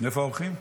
מאיפה האורחים?